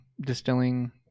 distilling